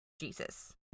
Jesus